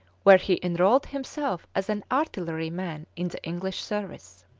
where he enrolled himself as an artilleryman in the english service.